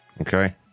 Okay